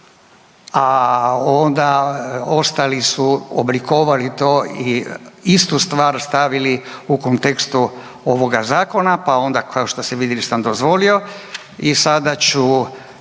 a onda ostali su oblikovali to i istu stvar stavili u kontekstu ovoga zakona, pa onda, kao što ste vidjeli sam dozvolio i sada ću